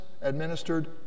administered